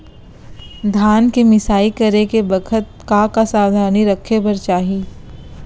धान के मिसाई करे के बखत का का सावधानी रखें बर चाही?